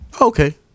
Okay